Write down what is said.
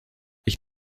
ich